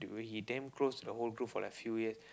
when he damn close to whole group for like few years